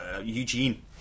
Eugene